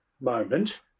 moment